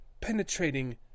penetrating